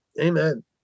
Amen